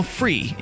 free